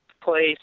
place